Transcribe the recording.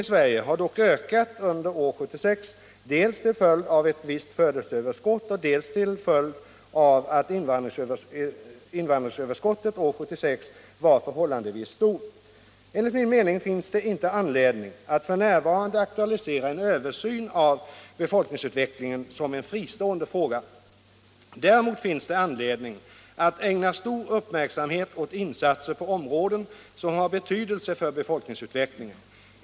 Frågan har överlämnats till mig för att jag skall besvara den. Enligt min mening finns det inte anledning att f.n. aktualisera en översyn av befolkningsutvecklingen som en fristående fråga. Däremot finns det anledning att ägna stor uppmärksamhet åt insatser på områden som har betydelse för befolkningsutvecklingen.